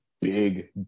big